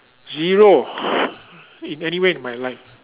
zero in anywhere in my life